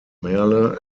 merle